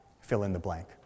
fill-in-the-blank